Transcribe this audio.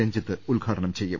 രഞ്ജിത് ഉദ്ഘാ ടനം ചെയ്യും